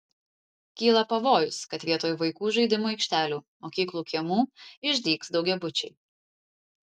kyla pavojus kad vietoj vaikų žaidimų aikštelių mokyklų kiemų išdygs daugiabučiai